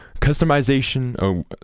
Customization